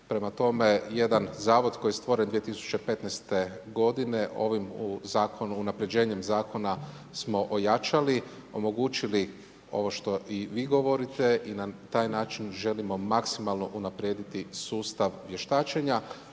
Prema tome, jedan zavod koji je stvoren 2015. godine ovim zakonom, unapređenjem zakona smo ojačali, omogućili ovo što i vi govorite i na taj način želimo maksimalno unaprijediti sustav vještačenja.